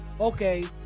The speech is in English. Okay